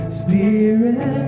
spirit